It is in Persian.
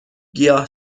گیاه